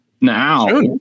now